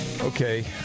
Okay